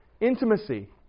Intimacy